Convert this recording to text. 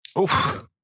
Oof